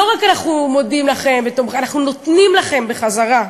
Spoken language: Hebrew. לא רק שאנחנו מודים לכם, אנחנו נותנים לכם בחזרה.